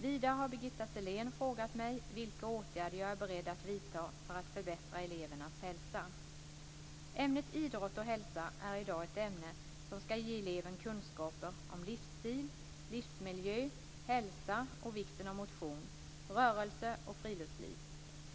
Vidare har Birgitta Sellén frågat mig vilka åtgärder jag är beredd att vidta för att förbättra elevernas hälsa. Ämnet idrott och hälsa är i dag ett ämne som ska ge eleven kunskaper om livsstil, livsmiljö, hälsa och vikten av motion, rörelse och friluftsliv.